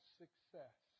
success